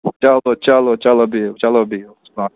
چلو چلو چلو بِہِو چلو بِہِو سلام